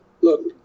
Look